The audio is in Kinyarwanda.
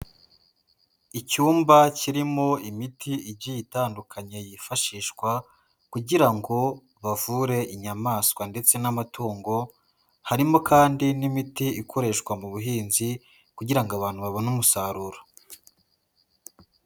Icyumba kirimo imiti igiye itandukanye yifashishwa kugira ngo bavure inyamaswa ndetse n'amatungo, harimo kandi n'imiti ikoreshwa mu buhinzi kugira ngo abantu babone umusaruro.